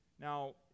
Now